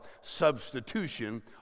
substitution